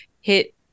hit